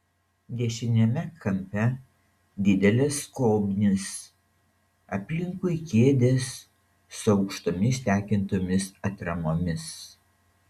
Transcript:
dešiniame kampe didelės skobnys aplinkui kėdės su aukštomis tekintomis atramomis